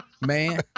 man